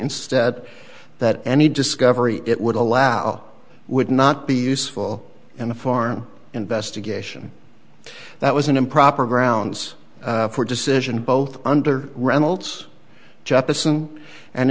instead that any discovery it would allow would not be useful in the farm investigation that was an improper grounds for decision both under reynolds jefferson and